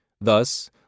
Thus